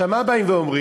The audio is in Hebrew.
עכשיו, מה באים ואומרים?